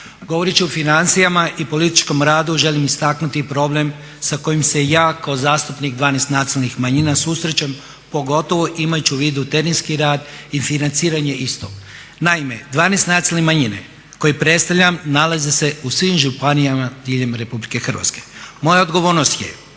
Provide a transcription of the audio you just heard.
Govorit ću o financijama i političkom radu i želim istaknuti problem s kojim se ja kao zastupnik 12 nacionalnih manjina susrećem pogotovo imajući u vidu terenski rad i financiranje istog. Naime, 12 nacionalnih manjina koje predstavljam nalaze se u svim županijama diljem RH. moja odgovornost je